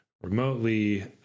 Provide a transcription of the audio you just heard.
remotely